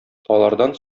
алардан